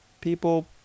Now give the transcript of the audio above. people